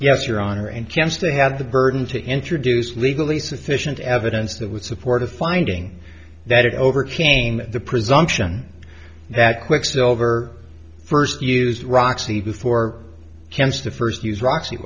yes your honor and chance to have the burden to introduce legally sufficient evidence that would support a finding that it overcame the presumption that quicksilver first used roxy before cancer to first use roxy